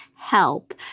help